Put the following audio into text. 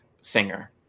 singer